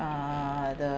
uh the